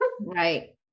Right